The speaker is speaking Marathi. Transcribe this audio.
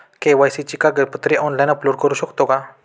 के.वाय.सी ची कागदपत्रे ऑनलाइन अपलोड करू शकतो का?